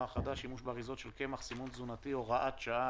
החדש) (שימוש באריזות של קמח - סימון תזונתי)(הוראת השעה),